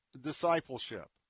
discipleship